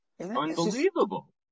Unbelievable